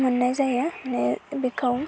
मोन्नाय जायो मानि बेखौ